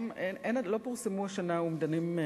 לא פורסמו השנה אומדנים,